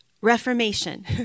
reformation